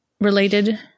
related